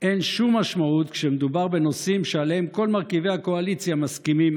אין שום משמעות כשמדובר בנושאים שעליהם כל מרכיבי הקואליציה מסכימים.